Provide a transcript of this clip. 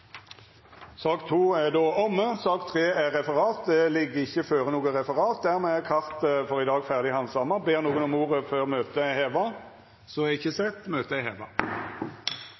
er då omme. Det ligg ikkje føre noko referat. Dermed er dagens kart ferdig handsama. Ber nokon om ordet før møtet vert heva? Så er ikkje skjedd. – Møtet er heva.